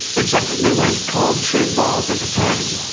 except they weren't called shade balls at the time.